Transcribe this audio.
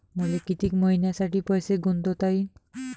मले कितीक मईन्यासाठी पैसे गुंतवता येईन?